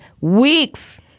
Weeks